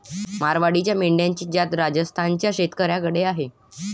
मारवाडी मेंढ्यांची जात राजस्थान च्या शेतकऱ्याकडे आहे